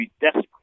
desperate